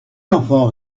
enfants